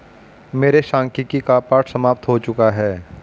मेरे सांख्यिकी का पाठ समाप्त हो चुका है